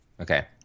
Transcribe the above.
Okay